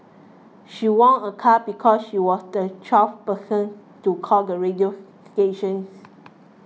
she won a car because she was the twelfth person to call the radio stations